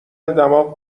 دماغ